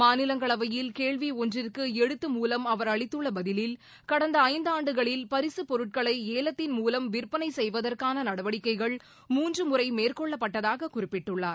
மாநிலங்களவையில் கேள்வி ஒன்றிற்கு எழுத்து மூவம் அவர் அளித்துள்ள பதிலில் கடந்த ஐந்தாண்டுகளில் பரிசு பொருட்களை ஏலத்தின் மூவம் விற்பனை செய்வதற்கான நடவடிக்கைகள் மூன்று முறை மேற்கொள்ளப்பட்டதாக குறிப்பிட்டுள்ளார்